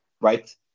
right